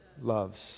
Loves